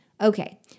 Okay